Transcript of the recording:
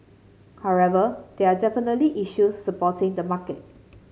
however there are definitely issues supporting the market